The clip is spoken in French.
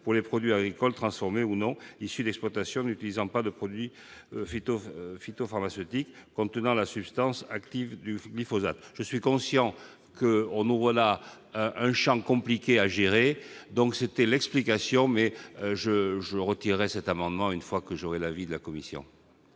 pour les produits agricoles, transformés ou non, issus d'exploitations n'utilisant pas de produits phytopharmaceutiques contenant la substance active du glyphosate. Je suis conscient qu'on ouvre là un champ compliqué à gérer. Je retirerai donc cet amendement après avoir entendu l'avis de la commission.